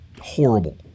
horrible